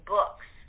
Books